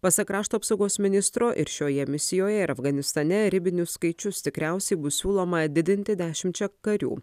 pasak krašto apsaugos ministro ir šioje misijoje ir afganistane ribinius skaičius tikriausiai bus siūloma didinti dešimčia karių